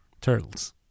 Turtles